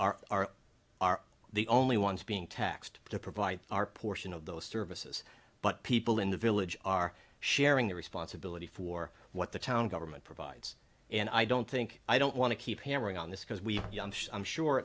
village are are the only ones being taxed to provide our portion of those services but people in the village are sharing the responsibility for what the town government provides and i don't think i don't want to keep hammering on this because we